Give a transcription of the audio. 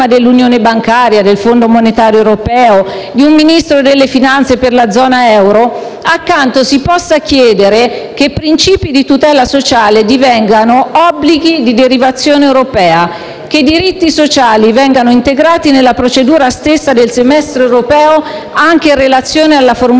dell'unione bancaria, del Fondo monetario europeo e di un ministro delle finanze per la zona euro, vorremmo che si chiedesse che i principi di tutela sociale divenissero obblighi di derivazione europea; che i diritti sociali vengano quindi integrati nella procedura stessa del semestre europeo, anche in relazione alla formulazione